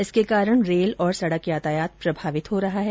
इसके कारण रेल और सेड़क यातायात प्रभावित हो रहा है